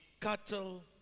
cattle